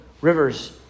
rivers